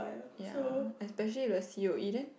ya especially the c_o_e then